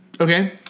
Okay